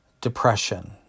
depression